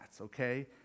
okay